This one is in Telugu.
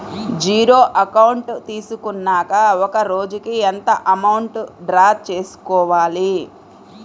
జీరో అకౌంట్ తీసుకున్నాక ఒక రోజుకి ఎంత అమౌంట్ డ్రా చేసుకోవాలి?